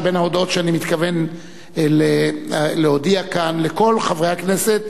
שבין ההודעות שאני מתכוון להודיע כאן לכל חברי הכנסת,